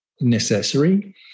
necessary